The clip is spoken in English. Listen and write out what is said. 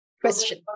question